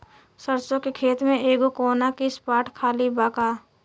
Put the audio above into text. सरसों के खेत में एगो कोना के स्पॉट खाली बा का?